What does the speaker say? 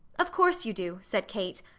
of course you do, said kate.